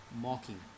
mocking